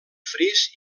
fris